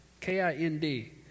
K-I-N-D